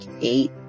eight